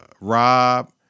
Rob